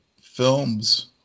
films